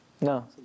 No